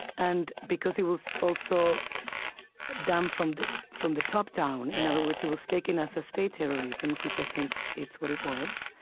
and because it was also done from the from the top down. in other words, it was taken as a state terrorism, which i think it's what it was.